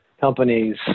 companies